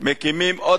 מקימים עוד